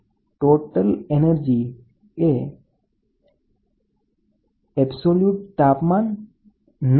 જ્યાં Tp અને Ts અનુક્રમે પાયરોમીટર અને રેડીએટીંગ સ્ત્રોતના તાપમાન છે